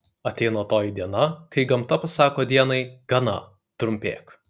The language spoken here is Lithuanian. ateina toji diena kai gamta pasako dienai gana trumpėk